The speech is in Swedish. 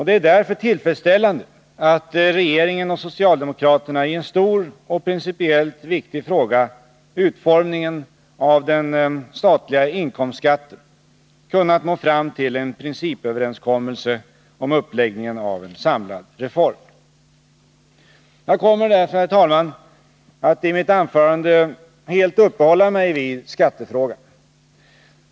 Det är därför tillfredsställande att regeringen och socialdemokraterna i en stor och principiellt viktig fråga, utformningen av den statliga inkomstskatten, kunnat nå fram till en principöverenskommelse om uppläggningen av en samlad reform. Jag kommer, herr talman, att i mitt anförande helt uppehålla mig vid skattefrågan.